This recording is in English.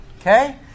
okay